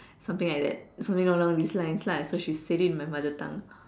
something like that something along these lines lah so she said it in my mother tongue